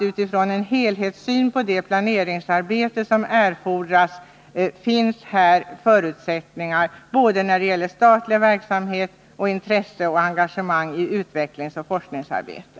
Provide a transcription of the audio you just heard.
Utifrån en helhetssyn på det planeringsarbete som erfordras finns här förutsättningar både när det gäller statlig verksamhet och intresse och engagemang i utvecklingsoch forskningsarbete.